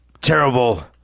terrible